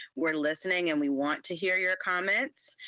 we're listening and we want to hear your comments.